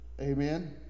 Amen